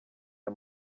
aya